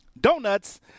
donuts